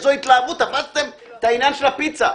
איזו התלהבות תפסתם את העניין של הפיצה.